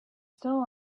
still